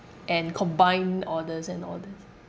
and combine orders and all this